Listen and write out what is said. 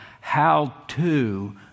how-to